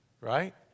right